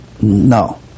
No